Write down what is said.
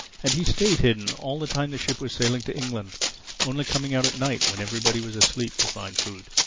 and he stayed hidden all the time the ship was sailing to england only coming out at night, when everybody was asleep, to find food.